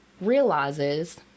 realizes